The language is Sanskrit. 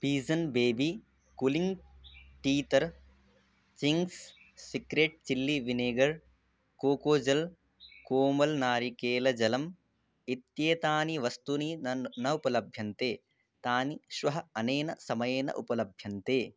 Pigeon baby cooling teether things secret chilli vinegar coco ज़ल् कोमल् नारिकेलजलम् इत्येतानि वस्तुनि नन् न उपलभ्यन्ते तानि श्वः अनेन समयेन उपलभ्यन्ते